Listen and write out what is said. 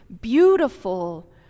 beautiful